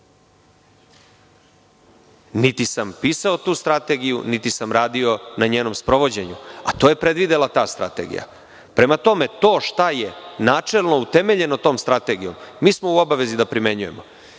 Niti sam pisao tu strategiju, niti sam radio na njenom sprovođenju, a to je predvidela ta strategija. Prema tome, to šta je načelno utemeljeno tom strategijom, mi smo u obavezi da primenjujemo.